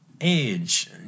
age